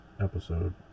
Episode